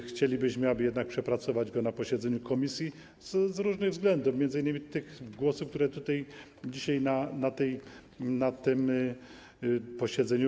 Chcielibyśmy, aby jednak przepracować go na posiedzeniu komisji z różnych względów, m.in. tych głosów, które dzisiaj padły na posiedzeniu.